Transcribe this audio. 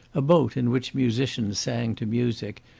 a boat in which musicians sang to music,